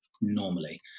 normally